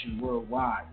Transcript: worldwide